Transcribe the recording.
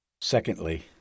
secondly